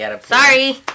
Sorry